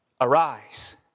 arise